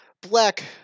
black